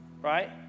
right